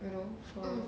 you know for